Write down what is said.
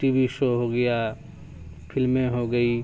T V show ہو گیا فلمیں ہو گئیں